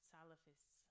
Salafists